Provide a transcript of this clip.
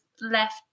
left